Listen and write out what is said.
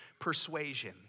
persuasion